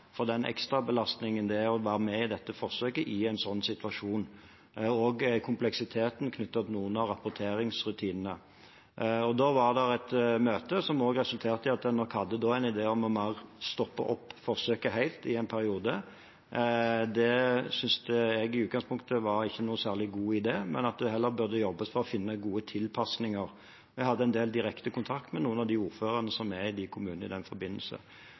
er å være med i dette forsøket i en slik situasjon, og også kompleksiteten knyttet til noen av rapporteringsrutinene. Da var det et møte som resulterte i at en nok hadde en idé om å stoppe forsøket helt i en periode. Det syntes jeg i utgangspunktet ikke var noen særlig god idé, men at det heller burde jobbes for å finne gode tilpasninger. Jeg hadde i den forbindelse en del direkte kontakt med noen av ordførerne i de kommunene. Resultatet ble at en hadde et nytt møte, der en jobbet og ble enige om noen felles tilpasninger i